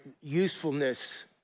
usefulness